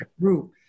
group